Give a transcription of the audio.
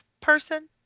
person